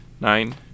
Nine